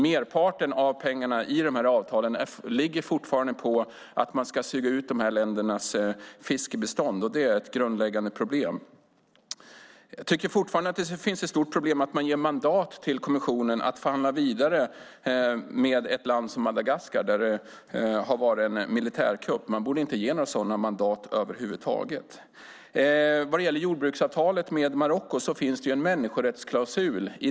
Merparten av pengarna i dessa avtal kommer fortfarande från att man suger ut ländernas fiskebestånd, vilket är ett grundläggande problem. Det är fortfarande problematiskt att man ger kommissionen mandat att fortsätta förhandla med ett land som Madagaskar där det har varit en militärkupp. Man borde inte ge några sådana mandat över huvud taget. I jordbruksavtalet med Marocko finns det en människorättsklausul.